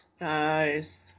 nice